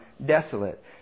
desolate